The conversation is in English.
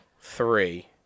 three